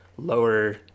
lower